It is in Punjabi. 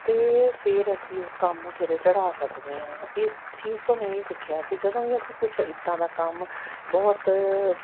ਅਤੇ ਫੇਰ ਅਸੀਂ ਉਸ ਕੰਮ ਨੂੰ ਸਿਰੇ ਚੜ੍ਹਾ ਸਕਦੇ ਹਾਂ ਇਸ ਚੀਜ਼ ਤੋਂ ਮੈਂ ਇਹੀ ਸਿੱਖਿਆ ਕਿ ਜਦੋਂ ਵੀ ਅਸੀਂ ਕੁਛ ਇੱਦਾਂ ਦਾ ਕੰਮ ਬਹੁਤ